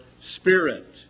spirit